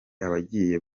abagiye